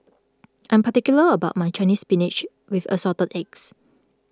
I am particular about my Chinese Spinach with Assorted Eggs